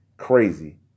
crazy